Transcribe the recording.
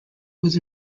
was